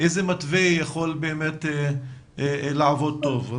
למתווה שיכול לעבוד טוב.